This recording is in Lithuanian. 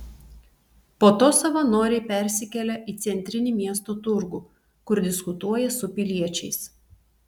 po to savanoriai persikelia į centrinį miesto turgų kur diskutuoja su piliečiais